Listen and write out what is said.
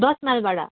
दस माइलबाट